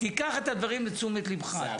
קח את הדברים לתשומת ליבך,